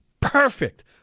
perfect